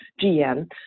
GM